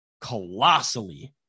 colossally